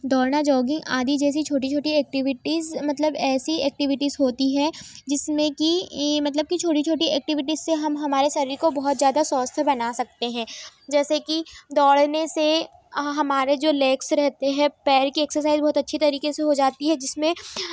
दौड़ना जॉगिंग आदि जैसी छोटी छोटी एक्टिविटीज़ मतलब ऐसी एक्टिविटीज़ होती है जिसमें की ईं मतलब की छोटी छोटी एक्टिविटीज़ से हम हमारे सरीर को बहुत ज़्यादा स्वस्थ बना सकते हैं जैसे कि दौड़ने से हमारे जो लेग्स रहते हैं पैर के एक्सरसाइज बहुत अच्छे तरीके से हो जाती है जिसमें